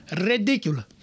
Ridiculous